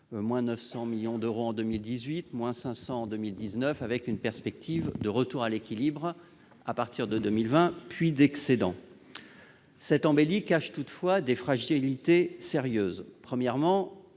à 500 millions d'euros en 2019, avec une perspective de retour à l'équilibre, à partir de 2020, puis d'excédent. Cette embellie cache toutefois des fragilités sérieuses. Premièrement,